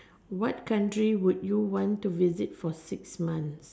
what country would you want to visit for six months